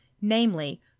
namely